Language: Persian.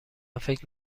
فکر